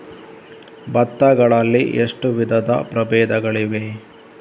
ಭತ್ತ ಗಳಲ್ಲಿ ಎಷ್ಟು ವಿಧದ ಪ್ರಬೇಧಗಳಿವೆ?